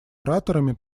ораторами